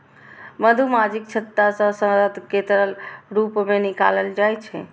मधुमाछीक छत्ता सं शहद कें तरल रूप मे निकालल जाइ छै